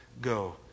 go